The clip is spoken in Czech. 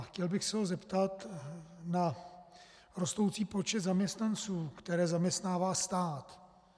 Chtěl bych se ho zeptat na rostoucí počet zaměstnanců, které zaměstnává stát.